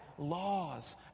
laws